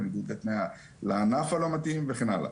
בניגוד לענף הלא מתאים וכן הלאה.